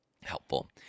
helpful